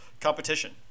competition